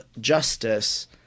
justice